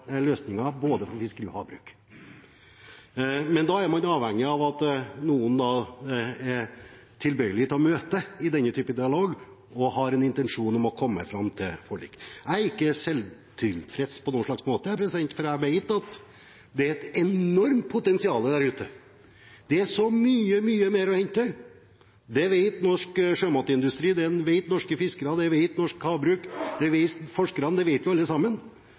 løsninger for både fiskeri og havbruk. Men da er man avhengig av at noen er tilbøyelige til å møte i denne typen dialog og har en intensjon om å komme fram til forlik. Jeg er ikke selvtilfreds på noen som helst måte, for jeg vet at det er et enormt potensial der ute. Det er så mye, mye mer å hente. Det vet norsk sjømatindustri, det vet norske fiskere, det vet norsk havbruk, det vet forskerne – det vet alle sammen.